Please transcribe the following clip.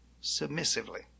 submissively